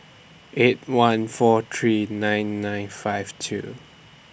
eight one four three nine nine five two